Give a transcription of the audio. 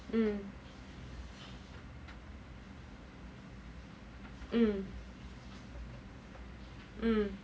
mm mm mm